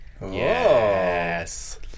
Yes